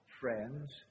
friends